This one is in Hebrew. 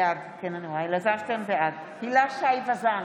בעד הילה שי וזאן,